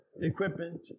equipment